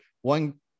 one